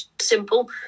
simple